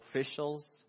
officials